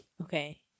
okay